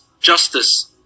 justice